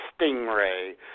stingray